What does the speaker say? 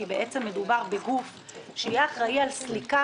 כי בעצם מדובר בגוף שיהיה אחראי על סליקה